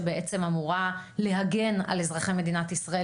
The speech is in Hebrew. שבעצם אמורה להגן על אזרחי מדינת ישראל